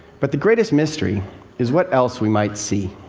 but the greatest mystery is what else we might see.